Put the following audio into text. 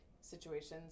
situations